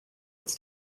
its